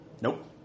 Nope